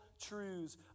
truths